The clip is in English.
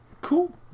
Cool